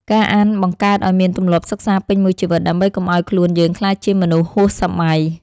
ការអានបង្កើតឱ្យមានទម្លាប់សិក្សាពេញមួយជីវិត ដើម្បីកុំឱ្យខ្លួនយើងក្លាយជាមនុស្សហួសសម័យ។